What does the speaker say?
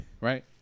Right